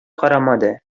карамады